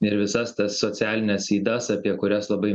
ir visas tas socialines ydas apie kurias labai